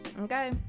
okay